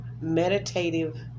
meditative